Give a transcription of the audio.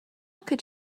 could